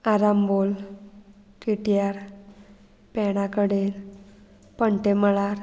आरामबोल टिटयार पेणा कडेन पण्टेमळार